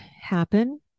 happen